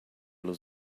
luz